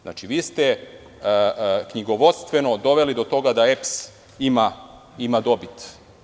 Znači, vi ste knjigovodstven doveli do toga da EPS ima dobit.